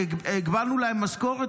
הגבלנו להם משכורת,